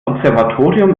observatorium